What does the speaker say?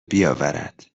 بیاورد